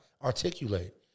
Articulate